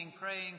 praying